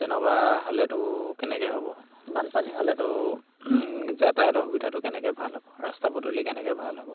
তেনেকুৱা হ'লেতো কেনেকৈ হ'ব বানপানী হ'লেতো যাতায়তৰ সুবিধাটো কেনেকৈ ভাল হ'ব ৰাস্তা পদূলি কেনেকৈ ভাল হ'ব